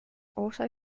also